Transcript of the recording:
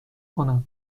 کنم